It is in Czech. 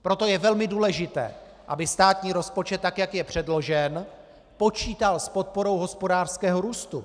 Proto je velmi důležité, aby státní rozpočet, tak jak je předložen, počítal s podporou hospodářského růstu.